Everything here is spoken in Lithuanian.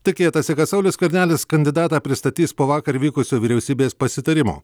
tikėtasi kad saulius skvernelis kandidatą pristatys po vakar vykusio vyriausybės pasitarimo